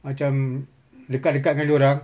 macam dekat dekat dengan dia orang